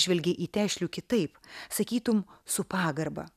žvelgė į tešlių kitaip sakytum su pagarba